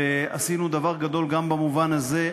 ועשינו דבר גדול גם במובן הזה.